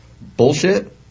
bullshit